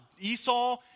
Esau